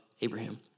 Abraham